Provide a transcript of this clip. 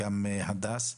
חזי והדס.